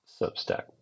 Substack